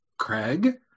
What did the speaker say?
Craig